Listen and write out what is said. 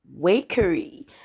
wakery